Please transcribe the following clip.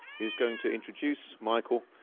who's going to introduce michael,